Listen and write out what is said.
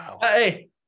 Hey